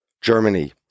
Germany